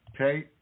Okay